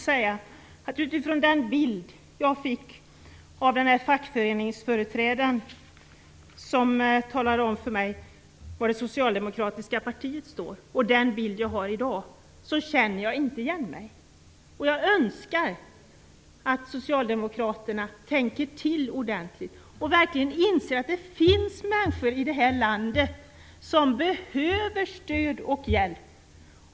Jämför jag den bild jag fick av fackföreningsföreträdaren som talade om för mig vad det socialdemokratiska partiet står för med den bild jag har av partiet i dag känner jag inte igen mig. Jag önskar att socialdemokraterna tänker till ordentligt och verkligen inser att det finns människor i det här landet som behöver stöd och hjälp.